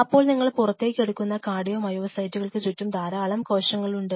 അപ്പോൾ നിങ്ങൾ പുറത്തേക്കെടുക്കുന്ന കാർഡിയോ മയോസൈറ്റുകൾക്ക് ചുറ്റും ധാരാളം കോശങ്ങളുണ്ട്